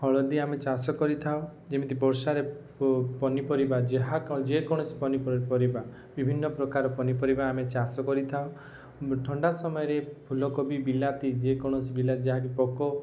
ହଳଦୀ ଆମେ ଚାଷ କରିଥାଉ ଯେମିତି ବର୍ଷାରେ ପନିପରିବା ଯାହା ଯେକୌଣସି ପନିପରିବା ବିଭିନ୍ନ ପ୍ରକାର ପନିପରିବା ଆମେ ଚାଷ କରିଥାଉ ଥଣ୍ଡା ସମୟରେ ଫୁଲକୋବି ବିଲାତି ଯେକୌଣସି ବିଲାତି ଯାହାକି ପୋକ